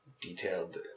detailed